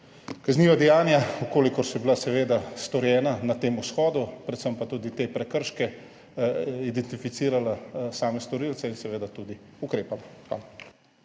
kazniva dejanja, če so bila storjena na tem shodu, predvsem pa tudi te prekrške, identificirala storilce in seveda tudi ukrepala.